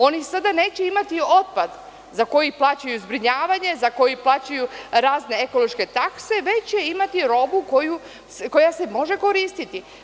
Oni sada neće imati otpad za koji plaćaju zbrinjavanje, za koji plaćaju razne ekološke takse, već će imati robu koja se može koristiti.